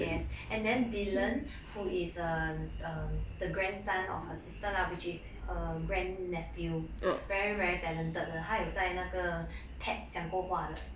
and then dylan who is um the grandson of her sister lah which is her grand nephew very very talented 的他有在那个 ted 讲过话的